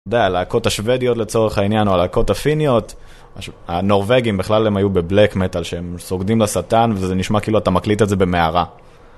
אתה יודע, הלהקות השוודיות לצורך העניין או הלהקות הפיניות, הנורבגים בכלל הם היו בבלק מטאל שהם סוגדים לשטן וזה נשמע כאילו אתה מקליט את זה במערה.